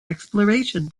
exploration